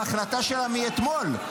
בהחלטה שלה מאתמול.